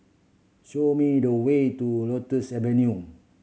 show me the way to Lotus Avenue